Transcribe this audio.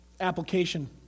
Application